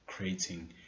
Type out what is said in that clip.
Creating